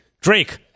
Drake